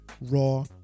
raw